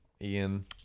Ian